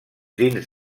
dins